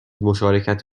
مشارکت